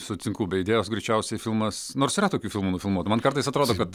su cinku be idėjos greičiausiai filmas nors yra tokių filmų nufilmuotų man kartais atrodo kad